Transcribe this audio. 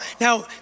now